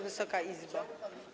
Wysoka Izbo!